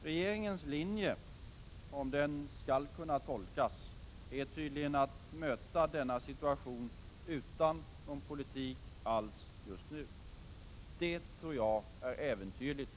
Regeringens linje — om den skall kunna tolkas — är tydligen att möta denna situation utan någon politik alls just nu. Det tror jag är äventyrligt.